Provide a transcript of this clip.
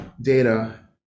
data